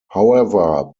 however